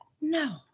No